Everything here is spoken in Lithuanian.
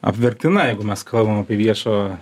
apverktina jeigu mes kalbam apie viešo